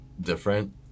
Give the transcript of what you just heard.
different